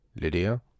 Lydia